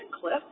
clip